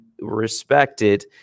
respected